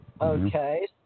Okay